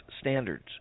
standards